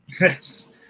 Yes